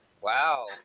Wow